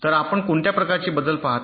तर आपण कोणत्या प्रकारचे बदल पाहता